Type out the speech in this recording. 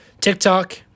TikTok